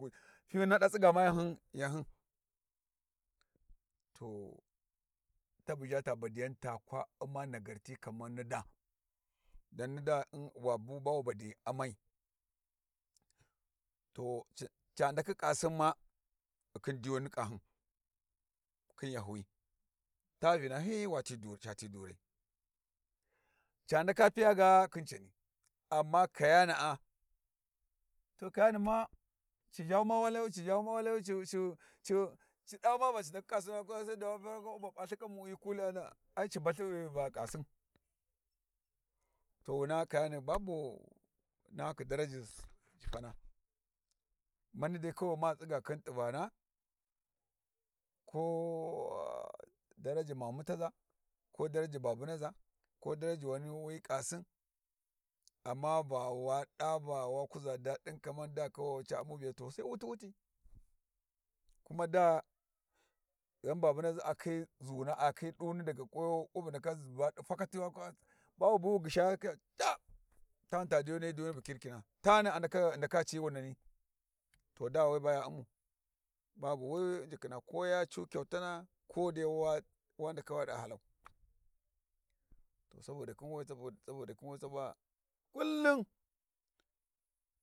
Gu fi hyina ɗa tsiga ma yanhyin to tabu ʒha badiyan ta kwa u'ma nagarti kaman ni daa, dan ni daa um wabu ba wu badiyi amai to ci ca ndakhi ƙasin ma ghikhin diyuni ni ƙahyin khin yahyiwi, ta vinahyi wati cati durai, ca ndaka piya ga khin, amma kayana'a to kayana ma ci ʒhawu ma walayu ci ʒha ma walayu ci ʒha ci ʒha ɗawu ma va ci ndakhi ƙasinu p'a lthiƙamu yi kulli ya ɗa ai ci balthi va ƙasin to wuna kayani babu nahakhi daraji jifana, mani dai kawai ma tsiga khin t'ivana ko daraji mamuntaza ko daraji babunaʒa ko daraji wani wi ƙasin, amma va wa ɗa va wa kuʒa daɗin kaman daa kawai ca u'mu to Sai wuti wuti kuma daa ghan babunaʒi a khi ʒuna a khi ɗunu daga ƙuwayo wabu ndaka ʒhiba ɗi fakati wa ɗa ba wu ndaka ʒhiba ɗi fakati wa ɗa ba wu buwi wu gyishaya sai ya ɗa tap tani ta diyuni hyi duyuni bu kirkina tani a ndaka ghi ndaka ga ci wunani, to da we baya u'mau, babu wi u'njukhina ko ya cuu kyautana ko ya dai wa ndaka wa ɗa halau, saboda khin we kullum.